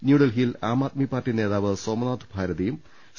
ന്യൂഡൽഹിയിൽ ആം ആദ്മി പാർട്ടി നേതാവ് സോമനാഥ് ഭാര്തിയും സി